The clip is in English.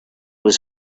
was